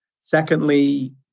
Secondly